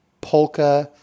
polka